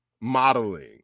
modeling